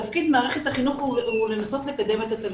תפקיד מערכת החינוך הוא לנסות לקדם את התלמידים.